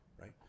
right